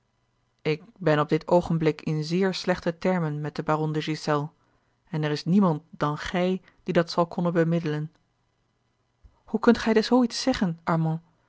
ik ben op dit oogenblik in zeer slechte termen met den baron de ghiselles en er is niemand dan gij die dat zal konnen bemiddelen hoe kunt gij zoo iets zeggen